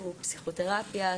שהוא פסיכותרפיה,